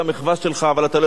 אבל אתה לא יכול ללעוג לי,